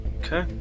Okay